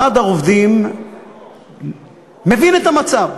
ועד העובדים מבין את המצב,